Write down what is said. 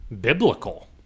biblical